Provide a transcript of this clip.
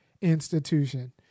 institution